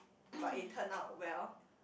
but it turn out well